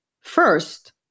first